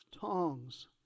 tongs